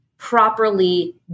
properly